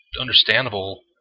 understandable